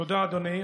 תודה, אדוני.